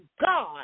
God